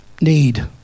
need